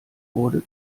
wurde